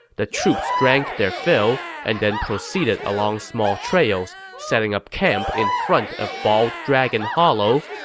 the troops drank their fill, and then proceeded along small trails, setting up camp in front of bald dragon hollow,